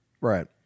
Right